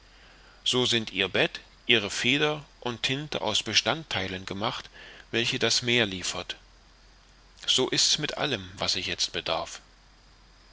so sind ihr bett ihre feder und tinte aus bestandtheilen gemacht welche das meer liefert so ist's mit allem was ich jetzt bedarf